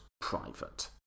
private